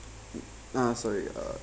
uh sorry uh